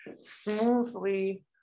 smoothly